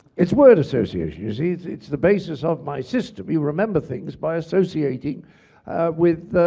it's word association. you see, it's it's the basis of my system. you remember things by associating with ah,